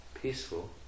peaceful